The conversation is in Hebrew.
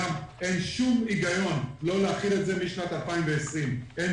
גם אין שום היגיון לא להחיל את זה מתחילת שנת 2020. אין